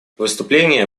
выступление